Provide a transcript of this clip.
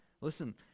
Listen